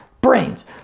brains